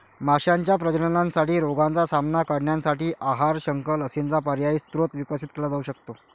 माशांच्या प्रजननासाठी रोगांचा सामना करण्यासाठी आहार, शंख, लसींचा पर्यायी स्रोत विकसित केला जाऊ शकतो